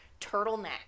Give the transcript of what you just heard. turtleneck